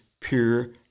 pure